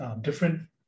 Different